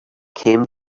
came